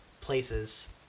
places